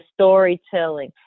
storytelling